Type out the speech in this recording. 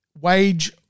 wage